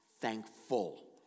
thankful